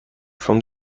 from